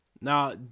Now